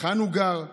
היכן הוא גר.